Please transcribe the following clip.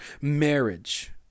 Marriage